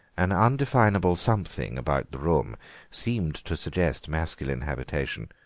an undefinable something about the room seemed to suggest masculine habitation.